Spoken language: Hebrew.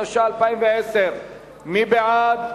התש"ע 2010. מי בעד?